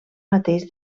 mateix